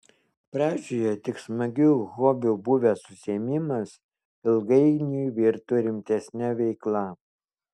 pradžioje tik smagiu hobiu buvęs užsiėmimas ilgainiui virto rimtesne veikla